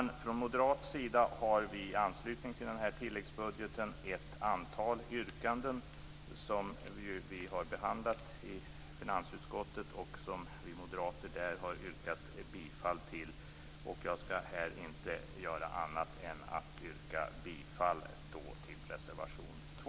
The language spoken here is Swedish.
Vi har från moderat sida i anslutning till den här tilläggsbudgeten ett antal yrkanden som har behandlats i finansutskottet och som vi moderater där har yrkat bifall till. Jag skall här yrka bifall bara till reservation 2.